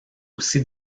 aussi